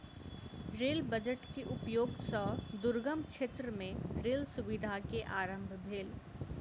rail budget के उपयोग सॅ दुर्गम क्षेत्र मे रेल सुविधा के आरम्भ भेल